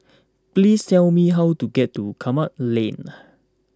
please tell me how to get to Kramat Lane